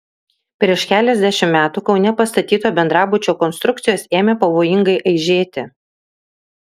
prieš keliasdešimt metų kaune pastatyto bendrabučio konstrukcijos ėmė pavojingai aižėti